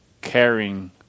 caring